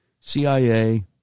CIA